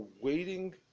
waiting